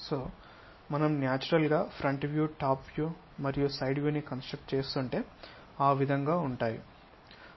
so మనం natural గా front view top view మరియు సైడ్ వ్యూని కన్స్ట్రక్ట్ చేస్తుంటే ఆ విధంగా అవుతుంది